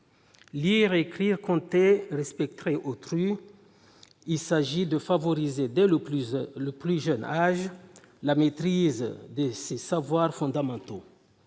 Lire, écrire, compter, respecter autrui, il s'agit de favoriser, dès le plus jeune âge, la maîtrise de ces savoirs fondamentaux.